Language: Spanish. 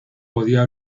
podía